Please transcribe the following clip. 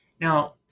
Now